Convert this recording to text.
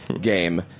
game